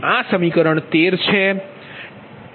આ સમીકરણ 13 છે